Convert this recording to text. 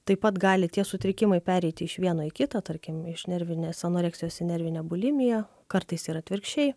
taip pat gali tie sutrikimai pereiti iš vieno į kitą tarkim iš nervinės anoreksijos į nervinę bulimiją kartais ir atvirkščiai